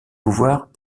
pouvoirs